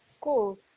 cool